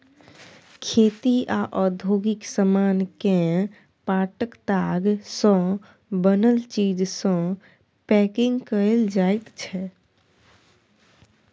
खेती आ औद्योगिक समान केँ पाटक ताग सँ बनल चीज सँ पैंकिग कएल जाइत छै